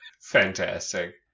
Fantastic